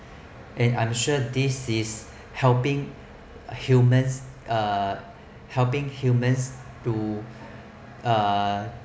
and I'm sure this is helping humans uh helping humans to uh